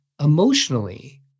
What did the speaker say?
emotionally